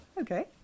okay